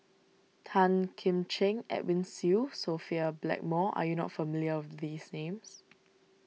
Tan Kim Ching Edwin Siew Sophia Blackmore are you not familiar with these names